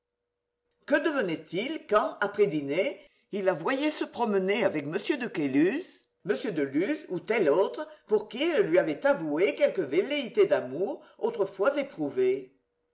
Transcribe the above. que devenait-il quand après dîner il la voyait se promener avec m de caylus m de luz ou tel autre pour qui elle lui avait avoué quelque velléité d'amour autrefois éprouvée